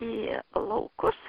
į laukus